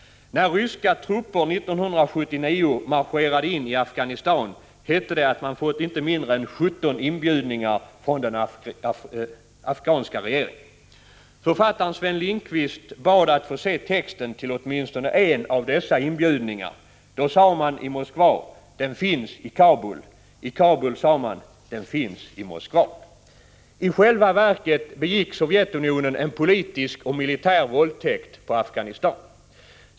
När ryska trupper 1979 marscherade in i Afghanistan hette det att man fått inte mindre än 17 inbjudningar från den afghanska regeringen. Författaren Sven Lindqvist bad att få se texten till åtminstone en av dessa inbjudningar. Då sade man i Moskva: Den finns i Kabul. I Kabul sade man: Den finns i Moskva. I själva verket begick Sovjetunionen en politisk och militär våldtäkt på Afghanistan.